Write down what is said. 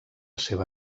seva